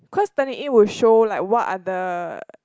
cause Turnitin it will show like what are the